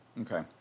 Okay